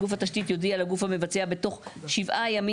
גוף התשתית יודיע לגוף המבצע בתוך 7 ימים